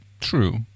True